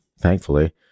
thankfully